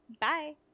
bye